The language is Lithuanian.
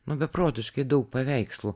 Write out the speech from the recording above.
nu beprotiškai daug paveikslų